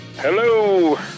Hello